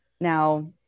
now